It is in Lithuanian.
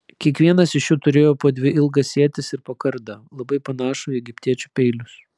kiekvienas iš jų turėjo po dvi ilgas ietis ir po kardą labai panašų į egiptiečių peilius